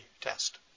test